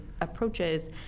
approaches